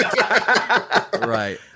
Right